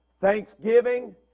thanksgiving